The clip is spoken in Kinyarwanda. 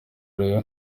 ariwe